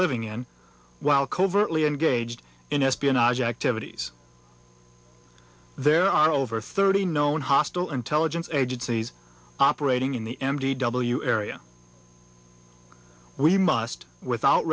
living in while covertly engaged in espionage activities there are over thirty known hostile intelligence agencies operating in the m d w area we must without